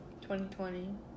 2020